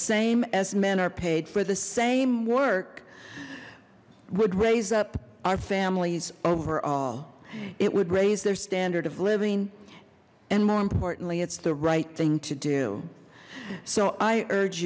same as men are paid for the same work would raise up our families overall it would raise their standard of living and more importantly it's the right thing to do so i urge